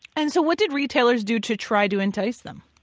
and so what did retailers do to try to entice them?